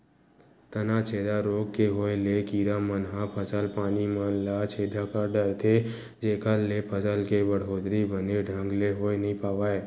तनाछेदा रोग के होय ले कीरा मन ह फसल पानी मन ल छेदा कर डरथे जेखर ले फसल के बड़होत्तरी बने ढंग ले होय नइ पावय